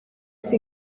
the